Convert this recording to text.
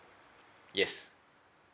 yes